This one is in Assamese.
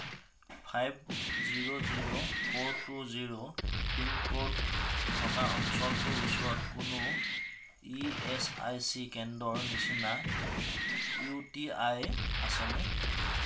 five zero zero four two zero pincode থকা অঞ্চলটোৰ ওচৰত কোনো ই এছ আই চি কেন্দ্ৰৰ নিচিনা ইউটিআই আছেনে